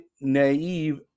naive